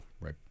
right